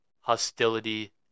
hostility